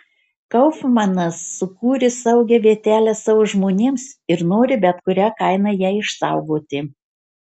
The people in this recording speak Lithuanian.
kaufmanas sukūrė saugią vietelę savo žmonėms ir nori bet kuria kaina ją išsaugoti